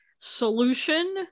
solution